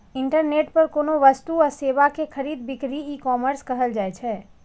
internet पर कोनो वस्तु आ सेवा के खरीद बिक्री ईकॉमर्स कहल जाइ छै